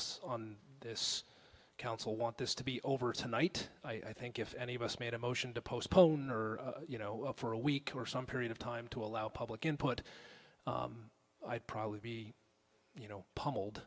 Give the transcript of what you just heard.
us on this council want this to be over tonight i think if any of us made a motion to postpone or you know for a week or some period of time to allow public input i'd probably be you know pummeled